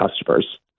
customers